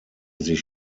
sich